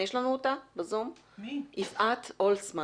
יש לנו ב-זום את יפעת הולצמן